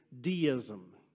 deism